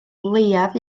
leiaf